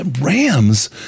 Rams